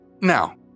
Now